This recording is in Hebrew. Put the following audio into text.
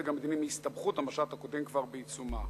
המדיני מהסתבכות המשט הקודם כבר בעיצומו.